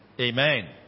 Amen